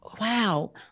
wow